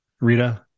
Rita